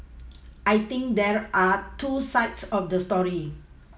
I think there are two sides of the story